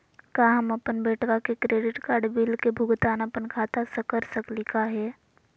का हम अपन बेटवा के क्रेडिट कार्ड बिल के भुगतान अपन खाता स कर सकली का हे?